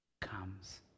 comes